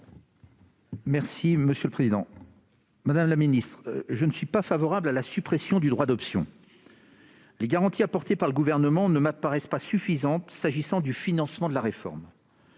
de la commission ? Madame la ministre, je ne suis pas favorable à la suppression du droit d'option. Les garanties apportées par le Gouvernement ne m'apparaissent pas suffisantes concernant le financement de la réforme.